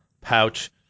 pouch